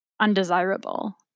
undesirable